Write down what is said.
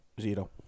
Zero